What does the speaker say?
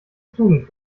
tugend